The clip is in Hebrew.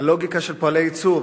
הלוגיקה של פועלי ייצור,